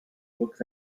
looks